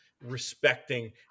respecting